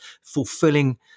fulfilling